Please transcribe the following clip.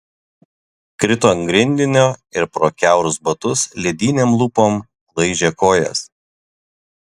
krito ant grindinio ir pro kiaurus batus ledinėm lūpom laižė kojas